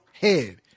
head